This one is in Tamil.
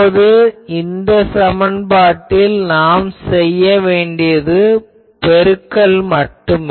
இப்போது இந்த சமன்பாட்டில் நாம் செய்ய வேண்டியது பெருக்கல் மட்டுமே